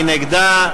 מי נגדה?